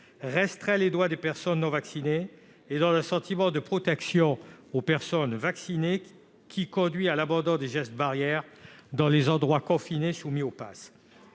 restreint les droits des personnes non vaccinées et donne un sentiment de protection aux personnes vaccinées, qui conduit à l'abandon des gestes barrières dans les endroits confinés soumis au passe.